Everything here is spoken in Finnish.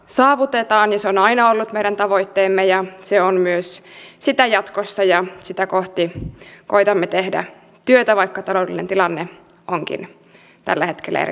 se on aina ollut meidän tavoitteemme ja se on sitä myös jatkossa ja sitä kohti koetamme tehdä työtä vaikka taloudellinen tilanne onkin tällä hetkellä erittäin vaikea